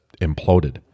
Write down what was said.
imploded